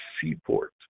seaport